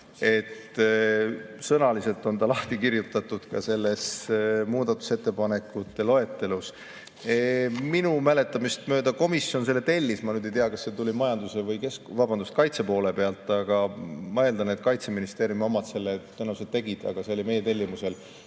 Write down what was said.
Sõnaliselt on ta lahti kirjutatud ka selles muudatusettepanekute loetelus. Minu mäletamist mööda komisjon selle tellis, ma ei tea, kas see tuli majanduse või kaitse poole pealt, aga ma eeldan, et Kaitseministeeriumi omad selle tõenäoliselt tegid, aga see oli meie tellimusel,